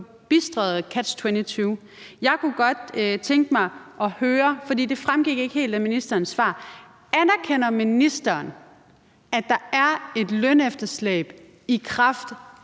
forbistret catch-22. Jeg kunne godt tænke mig at høre, for det fremgik ikke helt af ministerens svar: Anerkender ministeren, at der i kraft af